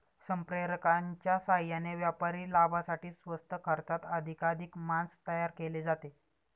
संप्रेरकांच्या साहाय्याने व्यापारी लाभासाठी स्वस्त खर्चात अधिकाधिक मांस तयार केले जाते